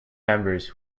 members